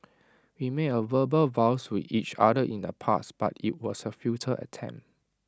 we made A verbal vows to each other in the past but IT was A futile attempt